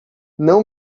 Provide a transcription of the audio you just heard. não